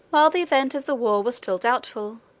while the event of the war was still doubtful,